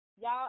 Y'all